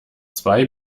zwei